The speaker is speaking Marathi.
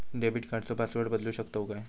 डेबिट कार्डचो पासवर्ड बदलु शकतव काय?